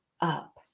up